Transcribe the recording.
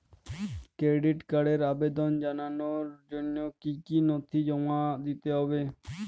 Credit কার্ডের আবেদন জানানোর জন্য কী কী নথি জমা দিতে হবে?